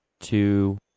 two